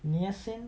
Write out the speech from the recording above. niacin